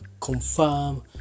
confirm